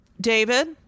David